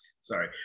sorry